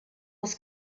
was